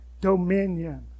dominion